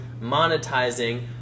monetizing